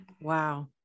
Wow